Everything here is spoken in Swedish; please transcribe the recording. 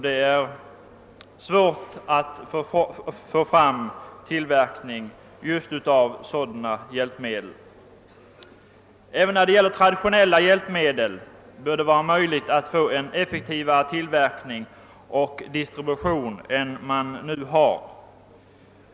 Det är svårt att få till stånd en tillverkning av sådana hjälpmedel. Även när det gäller traditionella hjälpmedel bör det vara möjligt att åstadkomma en effektivare tillverkning och distribution än man nu har.